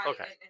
Okay